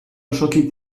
osoki